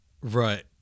Right